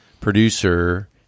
producer